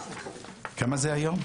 כמה זה היום?